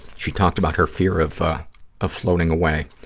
she talked about her fear of ah ah floating away.